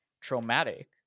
traumatic